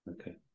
Okay